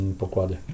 pokłady